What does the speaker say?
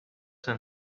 than